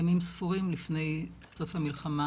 ימים ספורים לפני סוף המלחמה